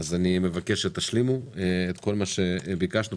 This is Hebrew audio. אז אני מבקש שתשלימו את כל מה שביקשנו,